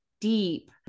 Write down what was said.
deep